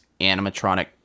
animatronic